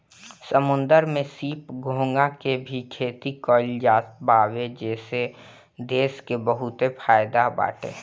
समुंदर में सीप, घोंघा के भी खेती कईल जात बावे एसे देश के बहुते फायदा बाटे